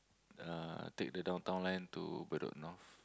uh take the Downtown Line to Bedok North